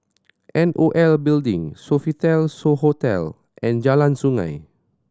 N O L Building Sofitel So Hotel and Jalan Sungei